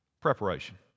Preparation